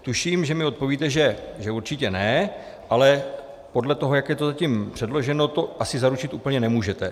Tuším, že mi odpovíte, že určitě ne, ale podle toho, jak je to zatím předloženo, to asi zaručit úplně nemůžete.